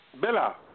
Bella